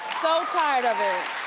so tired of it.